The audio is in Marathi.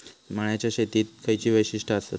मळ्याच्या शेतीची खयची वैशिष्ठ आसत?